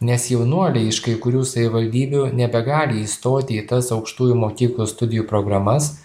nes jaunuoliai iš kai kurių savivaldybių nebegali įstoti į tas aukštųjų mokyklų studijų programas